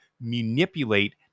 manipulate